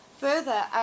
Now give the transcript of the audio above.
Further